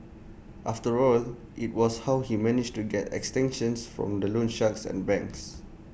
after all IT was how he managed to get extensions from the loan sharks and banks